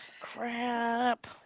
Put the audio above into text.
crap